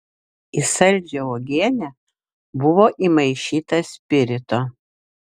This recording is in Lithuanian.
į saldžią uogienę buvo įmaišyta spirito